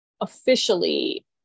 officially